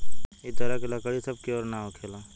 ए तरह के लकड़ी सब कियोर ना होखेला